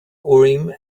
urim